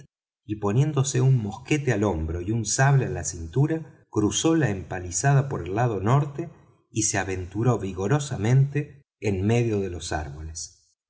y poniéndose un mosquete al hombro y un sable á la cintura cruzó la empalizada por el lado norte y se aventuró vigorosamente en medio de los árboles